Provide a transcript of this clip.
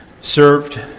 served